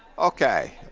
okay.